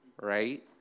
right